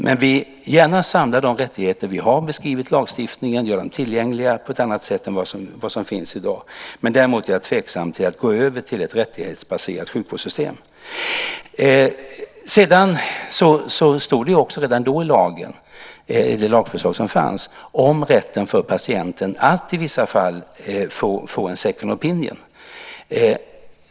Men vi vill gärna samla de rättigheter som vi har beskrivit i lagstiftningen och göra dem tillgängliga på ett annat sätt än vad som gäller i dag. Däremot är jag tveksam till att gå över till ett rättighetsbaserat sjukvårdssystem. Sedan stod det redan i det lagförslag som fanns om rätten för patienten att i vissa fall få en second opinion .